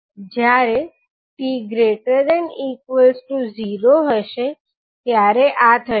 જયારે 𝑡 ≥ 0 હશે ત્યારે આ થશે